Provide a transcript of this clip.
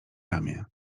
ramię